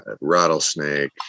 Rattlesnake